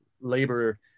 labor